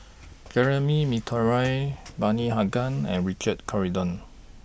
Jeremy Monteiro Bani Haykal and Richard Corridon